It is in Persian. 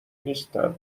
نیستن